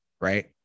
right